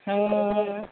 हय